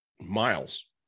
miles